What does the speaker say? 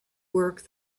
work